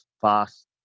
fast